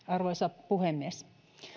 arvoisa puhemies